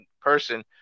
person